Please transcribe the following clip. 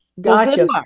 Gotcha